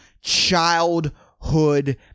childhood